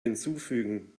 hinzufügen